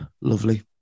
Lovely